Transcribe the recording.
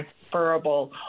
transferable